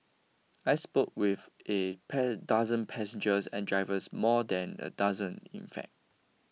I spoke with a dozen passengers and drivers more than a dozen in fact